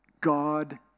God